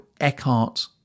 Eckhart